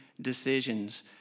decisions